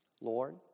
Lord